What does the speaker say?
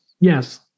Yes